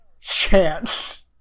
chance